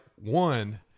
one